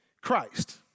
Christ